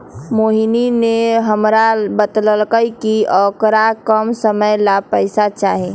मोहिनी ने हमरा बतल कई कि औकरा कम समय ला पैसे चहि